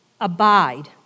Abide